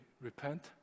repent